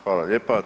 Hvala lijepa.